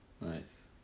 Nice